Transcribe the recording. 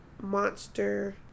monster